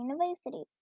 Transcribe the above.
university